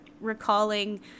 recalling